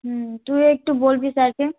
হুম তুইও একটু বলবি স্যারকে